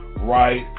right